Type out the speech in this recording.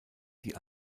die